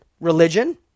religion